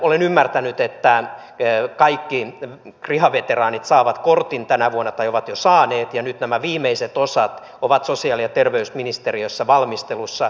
olen ymmärtänyt että kaikki kriha veteraanit saavat kortin tänä vuonna tai ovat jo saaneet ja nyt nämä viimeiset osat ovat sosiaali ja terveysministeriössä valmistelussa